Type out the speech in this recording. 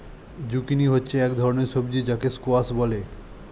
zucchini হচ্ছে এক ধরনের সবজি যাকে স্কোয়াশ বলে